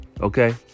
Okay